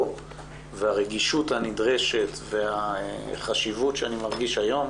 והרגישות הנדרשת והחשיבות שאני מרגיש היום